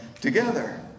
together